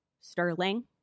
Sterling